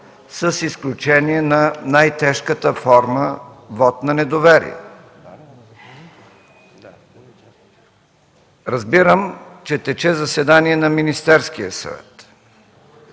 с изключение на най тежката форма – вот на недоверие. Разбирам, че тече заседание на Министерския съвет,